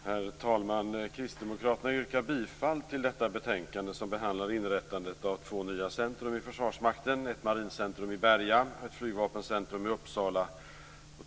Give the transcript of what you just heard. Herr talman! Kristdemokraterna yrkar bifall till hemställan i detta betänkande som behandlar inrättandet av två nya centrum i Försvarsmakten: ett marincentrum i Berga och ett flygvapencentrum i Uppsala.